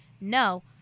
no